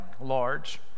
large